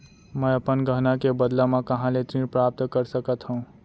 मै अपन गहना के बदला मा कहाँ ले ऋण प्राप्त कर सकत हव?